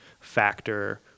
factor